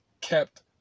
kept